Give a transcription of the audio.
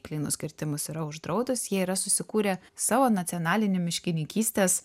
plynus kirtimus yra uždraudus jie yra susikūrę savo nacionalinį miškininkystės